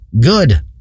good